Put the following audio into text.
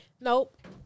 Nope